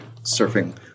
surfing